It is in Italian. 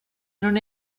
non